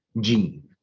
gene